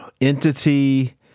entity